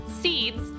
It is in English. seeds